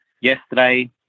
yesterday